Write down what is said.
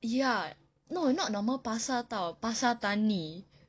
ya no not normal pasar [tau] pasar tani